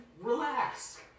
Relax